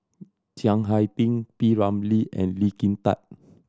Chiang Hai Ding P Ramlee and Lee Kin Tat